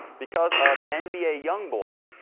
because of and nba young boy.